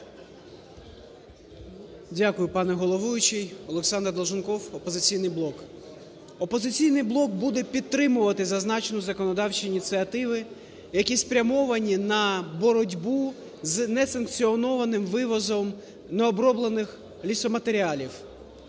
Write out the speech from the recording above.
Дякую, пане головуючий. Олександр Долженков, "Опозиційний блок". "Опозиційний блок" буде підтримувати зазначені законодавчі ініціативи, які спрямовані на боротьбу з несанкціонованим вивозом необроблених лісоматеріалів.